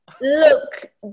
Look